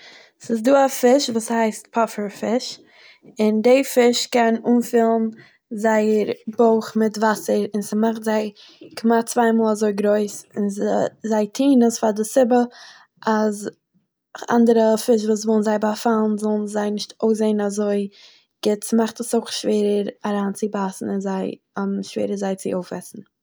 ס'איז דא א פיש וואס הייסט פאפער פיש און דעי פיש קען אנפילן זייער בויך מיט וואסער און ס'מאכט זיי כמעט צוויי מאל אזוי גרויס און זיי טוהן עס פאר די סיבה אז אנדערע פיש וואס זיי ווילן זיי באפאלן זאלן נישט אויסזעהן אזוי גוט, ס'מאכט עס אויך שווערע איינצובייסן אין זיי און שווערע זיי צו אויפעסן.